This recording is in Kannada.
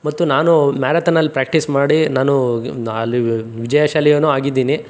ಮತ್ತು ನಾನು ಮ್ಯಾರಥಾನಲ್ಲಿ ಪ್ರ್ಯಾಕ್ಟೀಸ್ ಮಾಡಿ ನಾನು ಅಲ್ಲಿ ವಿಜಯಶಾಲಿ ಆಗಿದೀನಿ